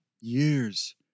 Years